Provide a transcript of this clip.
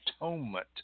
atonement